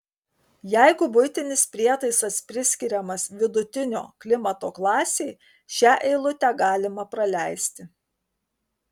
jeigu buitinis prietaisas priskiriamas vidutinio klimato klasei šią eilutę galima praleisti